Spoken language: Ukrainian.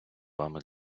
вами